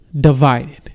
divided